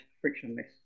frictionless